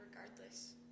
regardless